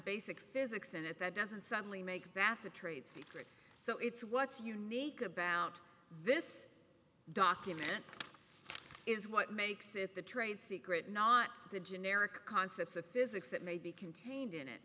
basic physics in it that doesn't suddenly make that the trade secret so it's what's unique about this document is what makes it the trade secret not the generic concepts of physics that may be contained in it